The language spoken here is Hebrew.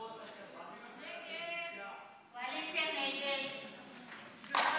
ההסתייגות (20) של קבוצת סיעת יש עתיד-תל"ם לתוספת